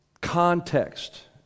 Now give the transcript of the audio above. context